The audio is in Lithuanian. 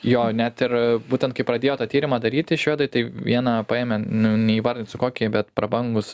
jo net ir būtent kai pradėjo tą tyrimą daryti švedai tai vieną paėmė neįvardinsiu kokį bet prabangų